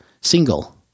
single